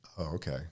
okay